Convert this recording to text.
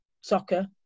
soccer